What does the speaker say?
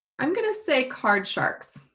i'm gonna say card sharks.